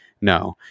no